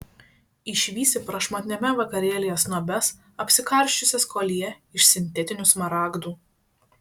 išvysi prašmatniame vakarėlyje snobes apsikarsčiusias koljė iš sintetinių smaragdų